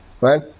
right